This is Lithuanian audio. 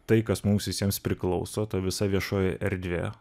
tai kas mums visiems priklauso ta visa viešojoji erdvė